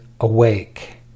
awake